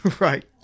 Right